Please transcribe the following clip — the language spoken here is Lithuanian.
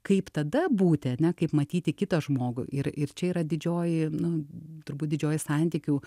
kaip tada būti ane kaip matyti kitą žmogų ir ir čia yra didžioji nu turbūt didžioji santykių